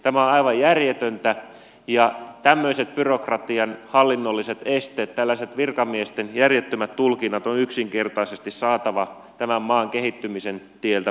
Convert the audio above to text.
tämä on aivan järjetöntä ja tämmöiset byrokratian hallinnolliset esteet tällaiset virkamiesten järjettömät tulkinnat on yksinkertaisesti saatava tämän maan kehittymisen tieltä pois